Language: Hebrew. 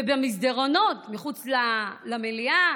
ובמסדרונות מחוץ למליאה